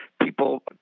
people